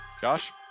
Josh